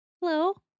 Hello